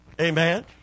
Amen